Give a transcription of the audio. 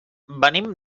venim